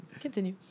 Continue